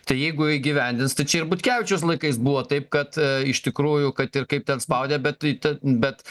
tai jeigu įgyvendins tai čia ir butkevičiaus laikais buvo taip kad iš tikrųjų kad ir kaip ten spaudė bet tai ten bet